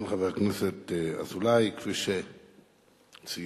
אכן, חבר הכנסת אזולאי, כפי שציינת,